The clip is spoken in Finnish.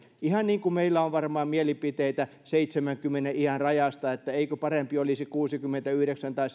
ihan niin kuin meillä on varmaan mielipiteitä seitsemänkymmenen iän rajasta että eikö parempi olisi kuusikymmentäyhdeksän tai